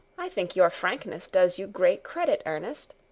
i think your frankness does you great credit, ernest.